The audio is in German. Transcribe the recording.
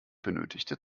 benötigte